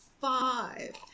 Five